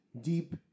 deep